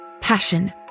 Passion